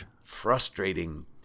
frustrating